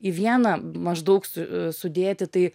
į vieną maždaug su sudėti tai